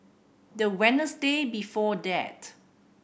the Wednesday before that